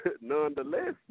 nonetheless